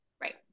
right